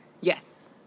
Yes